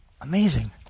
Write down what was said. Amazing